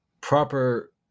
proper